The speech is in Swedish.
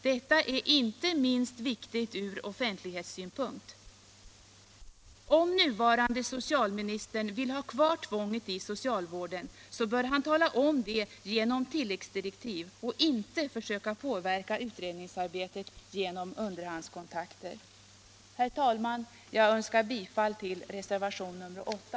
Detta är inte minst viktigt ur offentlighetssynpunkt. Om den nuvarande socialministern vill ha kvar tvånget i socialvården så bör han tala om det genom tilläggsdirektiv, och inte försöka påverka utredningsarbetet genom underhandskontakter. Herr talman! Jag yrkar bifall till reservationen 8.